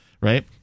Right